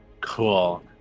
Cool